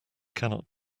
cannot